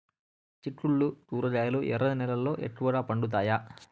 చిక్కుళ్లు కూరగాయలు ఎర్ర నేలల్లో ఎక్కువగా పండుతాయా